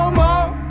more